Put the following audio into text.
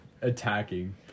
attacking